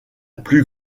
plus